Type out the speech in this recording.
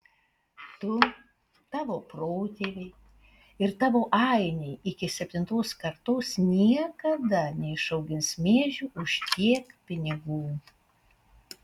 tu tavo protėviai ir tavo ainiai iki septintos kartos niekada neišaugins miežių už tiek pinigų